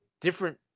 different